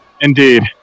Indeed